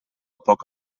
poc